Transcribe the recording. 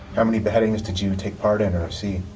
how many beheadings did you take part in or see?